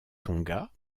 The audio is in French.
tonga